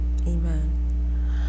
Amen